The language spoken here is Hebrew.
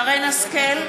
שרן השכל,